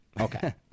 Okay